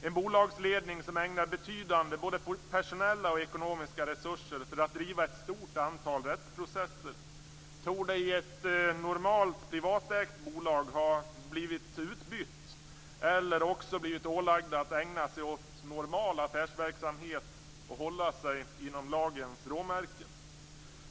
En bolagsledning som använder betydande både personella och ekonomiska resurser till att driva ett stort antal rättsprocesser torde i ett normalt privatägt bolag ha blivit utbytt eller ålagd att ägna sig åt normal affärsverksamhet och att hålla sig inom lagens råmärken.